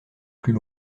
plus